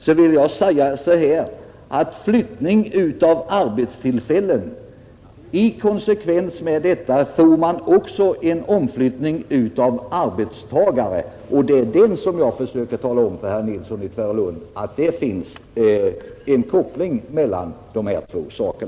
Jag vill då säga att i konsekvens med flyttningen av arbetstillfällen får man också en flyttning av arbetstagare. Vad jag försöker tala om för herr Nilsson i Tvärålund är att det finns en koppling mellan dessa två saker.